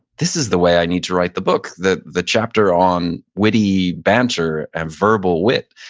this is the way i need to write the book. the the chapter on witty banter and verbal wit,